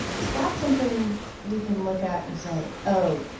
is that something we can look at and say, oh,